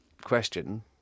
question